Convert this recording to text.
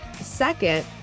Second